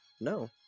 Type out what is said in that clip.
No